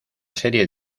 serie